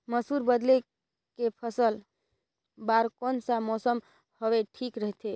मसुर बदले के फसल बार कोन सा मौसम हवे ठीक रथे?